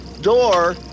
door